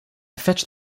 fetched